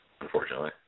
unfortunately